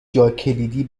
جاکلیدی